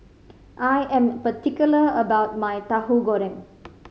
I am particular about my Tahu Goreng